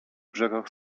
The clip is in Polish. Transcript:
brzegach